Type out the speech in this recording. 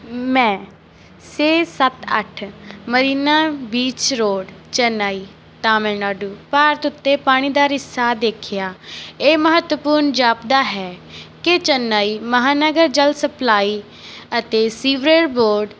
ਮੈਂ ਛੇ ਸੱਤ ਅੱਠ ਮਰੀਨਾ ਬੀਚ ਰੋਡ ਚੇਨਈ ਤਾਮਿਲਨਾਡੂ ਭਾਰਤ ਉੱਤੇ ਪਾਣੀ ਦਾ ਰਿਸਾਅ ਦੇਖਿਆ ਇਹ ਮਹੱਤਵਪੂਰਨ ਜਾਪਦਾ ਹੈ ਕੀ ਚੇਨਈ ਮਹਾਨਗਰ ਜਲ ਸਪਲਾਈ ਅਤੇ ਸੀਵਰੇਜ ਬੋਰਡ